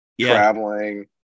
traveling